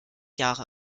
jahre